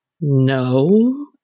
No